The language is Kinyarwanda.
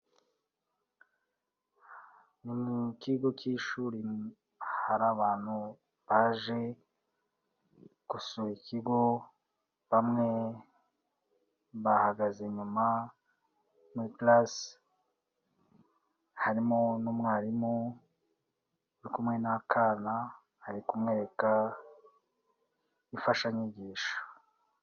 Ni mu kigo cy'ishuri hari abantu baje gusura ikigo bamwe bahagaze inyuma muri class, harimo n'umwarimu uri kumwe n'akana ari kumwereka imfashanyigisho.